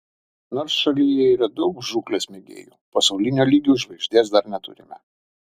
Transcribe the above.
nors šalyje yra daug žūklės mėgėjų pasaulinio lygio žvaigždės dar neturime